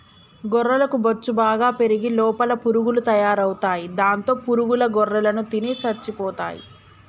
గొర్రెలకు బొచ్చు బాగా పెరిగి లోపల పురుగులు తయారవుతాయి దాంతో పురుగుల గొర్రెలను తిని చచ్చిపోతాయి